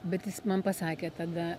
bet jis man pasakė tada